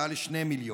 מעל 2 מיליון.